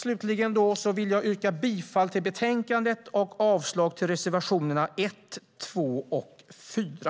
Slutligen vill jag yrka bifall till förslaget i betänkandet och avslag på reservationerna 1, 2 och 4.